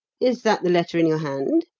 is that the letter in your hand?